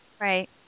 Right